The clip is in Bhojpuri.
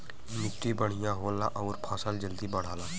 मट्टी बढ़िया होला आउर फसल जल्दी बढ़ला